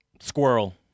Squirrel